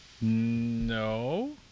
No